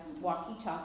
walkie-talkie